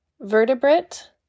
vertebrate